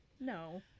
No